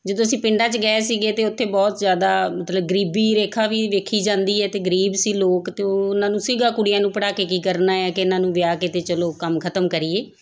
ਜਦੋਂ ਅਸੀਂ ਪਿੰਡਾਂ 'ਚ ਗਏ ਸੀਗੇ ਤਾਂ ਉੱਥੇ ਬਹੁਤ ਜ਼ਿਆਦਾ ਮਤਲਬ ਗਰੀਬੀ ਰੇਖਾ ਵੀ ਵੇਖੀ ਜਾਂਦੀ ਹੈ ਅਤੇ ਗਰੀਬ ਸੀ ਲੋਕ ਅਤੇ ਉਹਨਾਂ ਨੂੰ ਸੀਗਾ ਕੁੜੀਆਂ ਨੂੰ ਪੜ੍ਹਾ ਕੇ ਕੀ ਕਰਨਾ ਆ ਕਿ ਇਹਨਾਂ ਨੂੰ ਵਿਆਹ ਕੇ ਅਤੇ ਚਲੋ ਕੰਮ ਖਤਮ ਕਰੀਏ